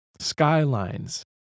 skylines